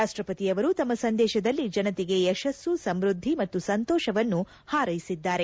ರಾಷ್ಟಪತಿ ಅವರು ತಮ್ಮ ಸಂದೇಶದಲ್ಲಿ ಜನತೆಗೆ ಯಶಸ್ಸು ಸಮೃದ್ದಿ ಮತ್ತು ಸಂತೋಷವನ್ನು ಹಾರೈಸಿದ್ದಾರೆ